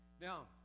Now